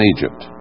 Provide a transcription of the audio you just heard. Egypt